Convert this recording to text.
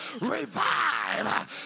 revive